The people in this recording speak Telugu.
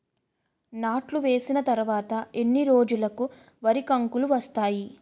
నాట్లు వేసిన తర్వాత ఎన్ని రోజులకు వరి కంకులు వస్తాయి?